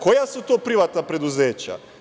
Koja su to privatna preduzeća?